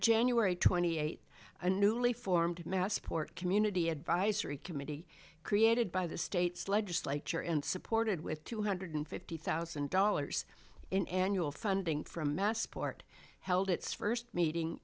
january twenty eighth a newly formed massport community advisory committee created by the state's legislature and supported with two hundred fifty thousand dollars in annual funding from massport held its first meeting